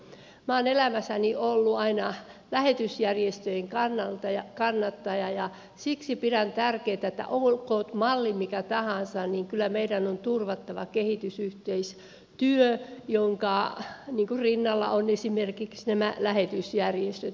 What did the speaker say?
minä olen elämässäni ollut aina lähetysjärjestöjen kannattaja ja siksi pidän tärkeänä että olkoon malli mikä tahansa niin kyllä meidän on turvattava kehitysyhteistyö jonka rinnalla ovat esimerkiksi nämä lähetysjärjestöt